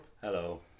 Hello